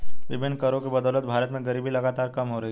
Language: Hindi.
विभिन्न करों की बदौलत भारत में गरीबी लगातार कम हो रही है